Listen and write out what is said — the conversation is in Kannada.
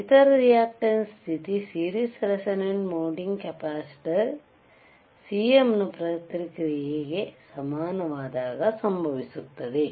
ಇತರ ರಿಯಾಕ್ಟೆಂಸ್ ಸ್ಥಿತಿ series resonant mounting capacitor Cm ನ ಪ್ರತಿಕ್ರಿಯೆಗೆ ಸಮನಾದಾಗ ಸಂಭವಿಸುತ್ತದೆ